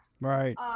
Right